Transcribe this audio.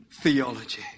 theology